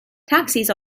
taxis